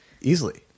Easily